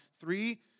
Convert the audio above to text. three